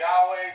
Yahweh